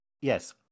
yes